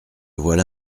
voilà